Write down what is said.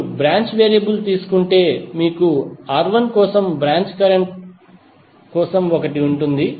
మీరు branch variable తీసుకుంటే మీకు R1 కోసం బ్రాంచ్ కరెంట్ కోసం ఒకటి ఉంటుంది